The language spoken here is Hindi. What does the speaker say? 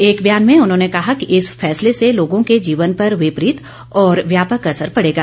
एक बयान में उन्होंने कहा कि इस फैसले से लोगों के जीवन पर विपरीत और व्यापक असर पड़ेगा